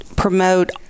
promote